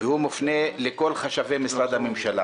והוא מופנה לכל חשבי משרד הממשלה.